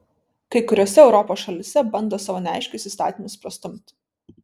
kai kuriose europos šalyse bando savo neaiškius įstatymus prastumti